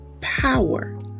power